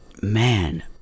man